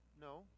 no